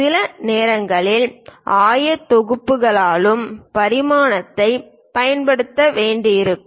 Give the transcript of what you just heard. சில நேரங்களில் ஆயத்தொகுப்புகளாலும் பரிமாணத்தைப் பயன்படுத்த வேண்டியிருக்கும்